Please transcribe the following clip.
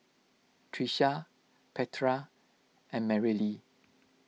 Trisha Petra and Marylee